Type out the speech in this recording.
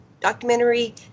documentary